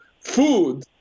food